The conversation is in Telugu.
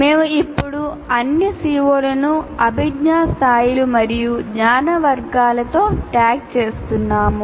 మేము ఇప్పుడు అన్ని CO లకు అభిజ్ఞా స్థాయిలు మరియు జ్ఞాన వర్గాలతో ట్యాగ్ చేస్తున్నాము